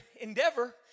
endeavor